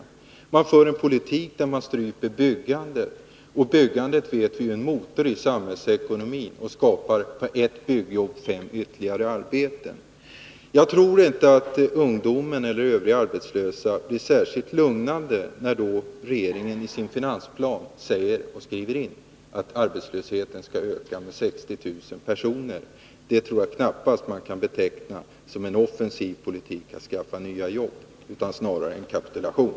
Regeringen för en politik som stryper byggandet, och byggandet är en motor i samhällsekonomin — ett byggjobb skapar ytterligare fem arbetstillfällen. Jag tror inte att ungdomar eller övriga arbetslösa blir särskilt lugnade när regeringen då i sin finansplan skriver in att arbetslösheten skall öka med 60 000 personer. Det tror jag knappast att man kan beteckna som en offensiv politik för att skapa nya jobb, utan snarare som en kapitulation.